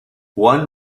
one